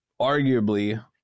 arguably